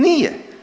Nije.